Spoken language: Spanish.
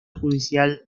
judicial